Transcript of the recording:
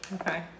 Okay